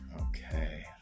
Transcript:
Okay